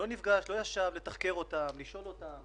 לא נפגש אתם, לא ישב לתחקר אותם, לשאול אותם